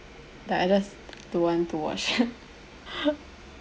that I just don't want to watch